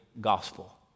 gospel